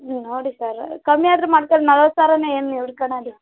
ನೋಡಿ ಸರ್ ಕಮ್ಮಿ ಆದ್ರೆ ಮಾಡ್ಕ ನಲ್ವತ್ತು ಸಾವಿರನೇ ಏನು